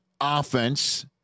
offense